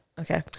Okay